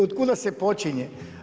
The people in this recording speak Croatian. Od kuda se počinje?